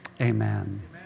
Amen